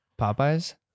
Popeyes